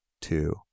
two